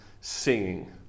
singing